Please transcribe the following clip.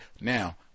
Now